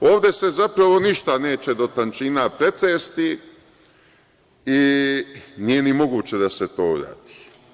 Ovde se zapravo ništa neće do tančina pretresti i nije ni moguće da se to uradi.